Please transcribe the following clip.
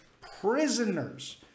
prisoners